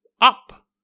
up